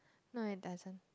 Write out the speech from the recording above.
no it doesn't